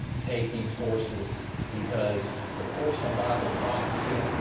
take these courses because the course on bible prophecy,